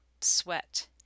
sweat